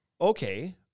Okay